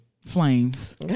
flames